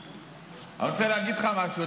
אני רוצה להגיד לך משהו.